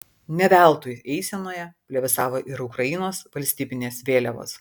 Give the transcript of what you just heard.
ne veltui eisenoje plevėsavo ir ukrainos valstybinės vėliavos